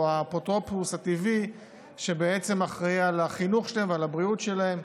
האפוטרופוס הטבעי שבעצם אחראי לחינוך שלהם ולבריאות שלהם.